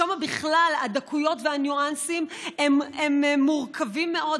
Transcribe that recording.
שם בכלל הדקויות והניואנסים הם מורכבים מאוד,